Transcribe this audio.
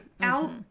out